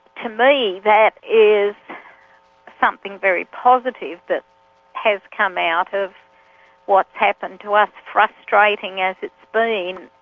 to me, that is something very positive that has come out of what's happened to us, frustrating as it's been,